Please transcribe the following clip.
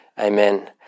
Amen